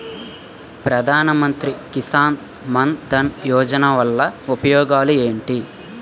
ప్రధాన మంత్రి కిసాన్ మన్ ధన్ యోజన వల్ల ఉపయోగాలు ఏంటి?